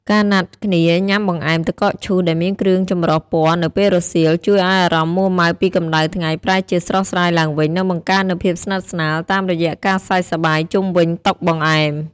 ការណាត់គ្នាញ៉ាំបង្អែមទឹកកកឈូសដែលមានគ្រឿងចម្រុះពណ៌នៅពេលរសៀល ជួយឱ្យអារម្មណ៍មួម៉ៅពីកម្ដៅថ្ងៃប្រែជាស្រស់ស្រាយឡើងវិញ និងបង្កើននូវភាពស្និទ្ធស្នាលតាមរយៈការសើចសប្បាយជុំវិញតុបង្អែម។